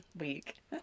week